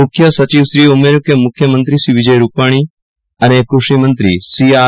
મુખ્ય સચિવશ્રીએ ઉમેર્યું કે મુખ્ય મંત્રી શ્રી વિજયભાઈ રૂપાજી અને ક્રષિ મંત્રી શ્રી આર